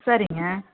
சரிங்க